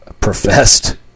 professed